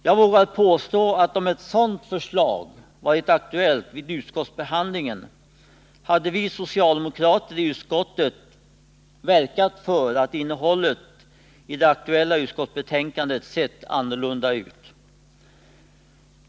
Jag vågar påstå att om ett sådant förslag varit aktuellt vid utskottsbehandlingen hade vi socialdemokrater i utskottet verkat för att innehållet i det nämnda utskottsbetänkandet sett annorlunda ut.